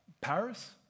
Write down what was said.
Paris